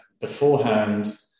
beforehand